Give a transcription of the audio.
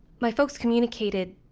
my folks communicated